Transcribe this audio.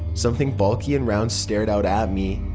something bulky and rounded stared out at me.